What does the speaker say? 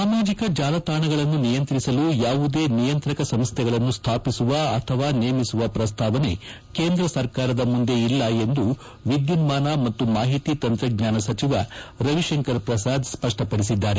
ಸಾಮಾಜಿಕ ಜಾಲತಾಣಗಳನ್ನು ನಿಯಂತ್ರಿಸಲು ಯಾವುದೇ ನಿಯಂತ್ರಕ ಸಂಸ್ಥೆಗಳನ್ನು ಸ್ಥಾಪಿಸುವ ಅಥವಾ ನೇಮಿಸುವ ಪ್ರಸ್ತಾವನೆ ಕೇಂದ್ರ ಸರ್ಕಾರದ ಮುಂದೆ ಇಲ್ಲ ಎಂದು ವಿದ್ಯುನ್ನಾನ ಮತ್ತು ಮಾಹಿತಿ ತಂತ್ರಜ್ಞಾನ ಸಚಿವ ರವಿಶಂಕರ್ ಪ್ರಸಾದ್ ಸ್ವಷ್ಟವಡಿಸಿದ್ದಾರೆ